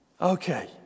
Okay